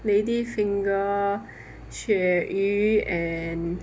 lady finger 鳕鱼 and